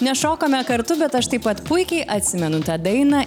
nešokome kartu bet aš taip pat puikiai atsimenu tą dainą